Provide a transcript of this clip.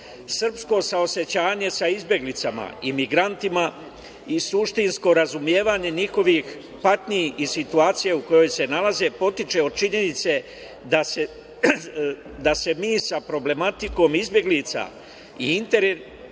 saosećanje sa izbeglicama i migrantima i suštinsko razumevanje njihovih patnji i situacija u kojoj se nalaze potiče od činjenice da se mi sa problematikom izbeglica i interno